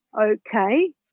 okay